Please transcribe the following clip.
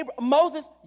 Moses